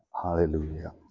hallelujah